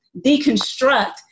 deconstruct